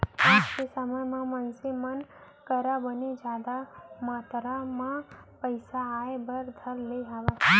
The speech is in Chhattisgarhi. आज के समे म मनसे मन करा बने जादा मातरा म पइसा आय बर धर ले हावय